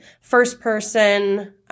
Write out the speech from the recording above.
first-person